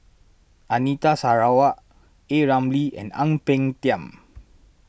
Anita Sarawak A Ramli and Ang Peng Tiam